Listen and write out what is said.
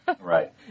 Right